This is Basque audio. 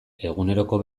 eguneroko